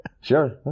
sure